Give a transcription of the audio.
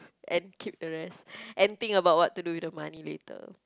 and keep the rest and think about what to do with the money later